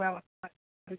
ഇപ്പം